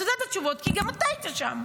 אתה יודע את התשובות, כי גם אתה היית שם.